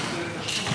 הכנסת נתקבלה.